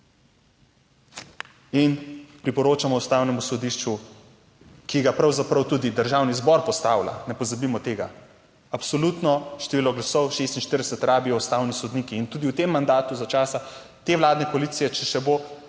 in priporočamo Ustavnemu sodišču, ki ga pravzaprav tudi Državni zbor postavlja, ne pozabimo tega, absolutno število glasov, 46, rabijo ustavni sodniki in tudi v tem mandatu, za časa te vladne koalicije, če še bo,